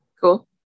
cool